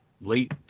late